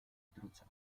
trucha